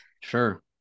sure